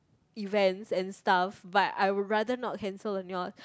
events and stuff but I would rather not cancel on y'all